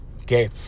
Okay